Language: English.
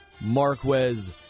Marquez